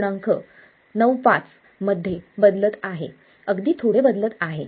95 मध्ये बदलत आहे अगदी थोडे बदलत आहे